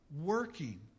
Working